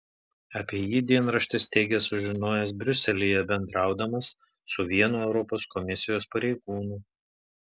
apie jį dienraštis teigia sužinojęs briuselyje bendraudamas su vienu europos komisijos pareigūnu